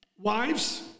wives